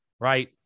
right